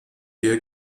der